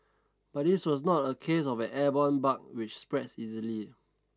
but this was not a case of an airborne bug which spreads easily